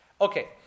Okay